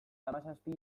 hamazazpi